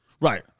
Right